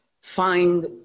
find